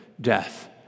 death